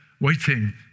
waiting